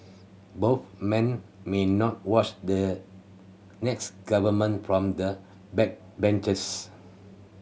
both men may no watch the next government from the backbenches